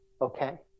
okay